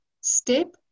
step